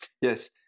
Yes